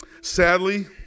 Sadly